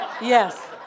yes